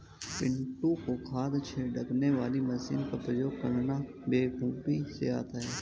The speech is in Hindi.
पिंटू को खाद छिड़कने वाली मशीन का उपयोग करना बेखूबी से आता है